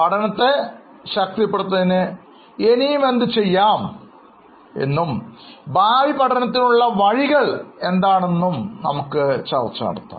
പഠനത്തെ ശക്തിപ്പെടുത്തുന്നതിന് ഇനിയും എന്ത് ചെയ്യാം എന്നും ഭാവി പഠനത്തിനുള്ള വഴികൾ എന്താണെന്നും നമുക്ക് കൂടെ ചർച്ച ചെയ്യാം